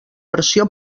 versió